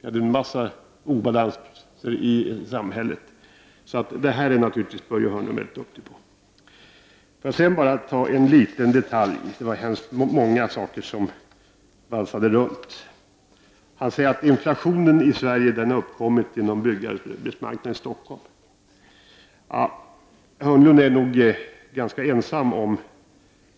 Det var stora obalanser i samhället. Börje Hörnlund är med andra ord mycket duktig på det här. Det var väldigt många saker som valsade runt här, men jag skall bara ta upp en liten detalj. Börje Hörnlund sade att inflationen i Sverige har uppkommit på grund av byggarbetsmarknaden i Stockholm. Hörnlund är nog ganska ensam om